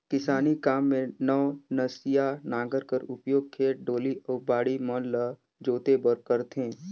किसानी काम मे नवनसिया नांगर कर उपियोग खेत, डोली अउ बाड़ी मन ल जोते बर करथे